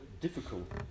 difficult